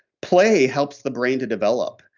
play helps the brain to develop.